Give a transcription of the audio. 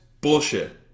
bullshit